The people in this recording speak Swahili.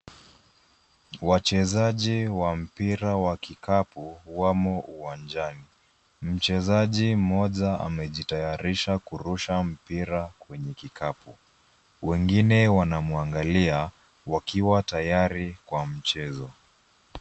Wachezaji wa mpira wa kikapu wamo uwanjani. Mchezaji mmoja amejitayarisha kurusha mpira kwenye kikapu. Wengine wanamwangalia wakiwa tayari kwa mchezo.